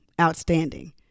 outstanding